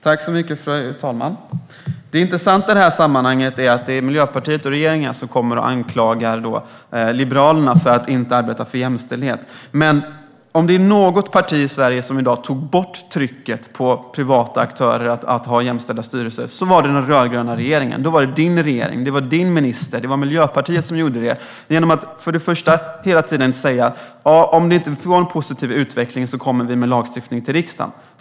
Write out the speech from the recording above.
Fru talman! Det intressanta i sammanhanget är att det är Miljöpartiet och regeringen som anklagar Liberalerna för att inte arbeta för jämställdhet. Om det var några partier i Sverige som tog bort trycket på privata aktörer att ha jämställda styrelser var det de i den rödgröna regeringen. Det var din regering och din minister, Annika Hirvonen Falk. Det var Miljöpartiet som gjorde det genom att hela tiden säga: Om vi inte får en positiv utveckling kommer vi till riksdagen med lagstiftning.